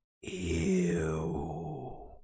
Ew